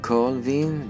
Colvin